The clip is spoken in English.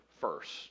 first